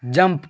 jump